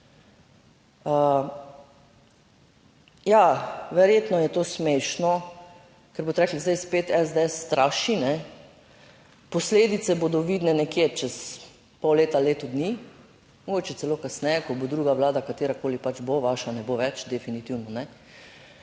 Ja, verjetno je to smešno, ker boste rekli, zdaj spet SDS straši. Posledice bodo vidne nekje čez pol leta, leto dni, mogoče celo kasneje, ko bo druga vlada, katerakoli pač bo, vaša ne bo več, definitivno ne,